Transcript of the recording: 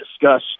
discuss